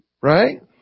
Right